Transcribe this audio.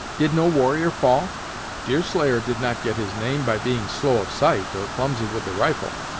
did no warrior fall deerslayer did not get his name by being slow of sight, or clumsy with the rifle!